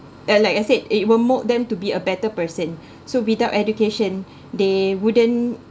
uh like I said it will mould them to be a better person so without education they wouldn't